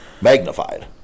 magnified